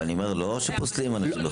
אבל אני אומר לא שפוסלים --- בחו"ל.